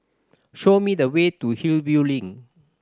show me the way to Hillview Link